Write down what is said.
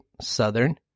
southern